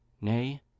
nay